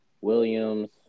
Williams